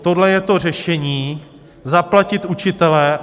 Tohle je to řešení, zaplatit učitele.